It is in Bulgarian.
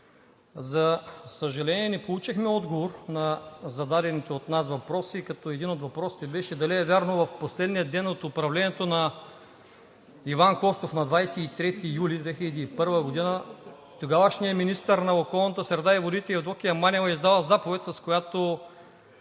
За съжаление, не получихме отговор на зададените от нас въпроси, като един от въпросите беше дали е вярно в последния ден от управлението на Иван Костов – на 23 юли 2001 г., тогавашният министър на околната среда и водите Евдокия Манева е издала заповед, с която